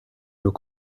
nos